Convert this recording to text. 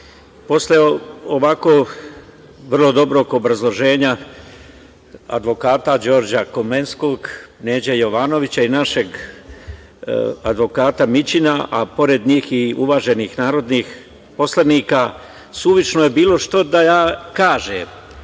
posle ovako vrlo dobrog obrazloženja advokata Đorđa Komlenskog, Neđe Jovanovića i našeg advokata Mićina, a pored njih i uvaženih narodnih poslanika, suvišno je bilo šta da ja kažem,